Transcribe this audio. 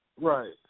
Right